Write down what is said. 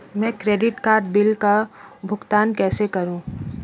मैं credit card bill का भुगतान कैसे करूं?